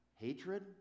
hatred